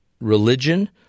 religion